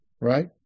right